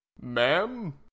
Ma'am